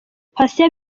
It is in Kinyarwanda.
patient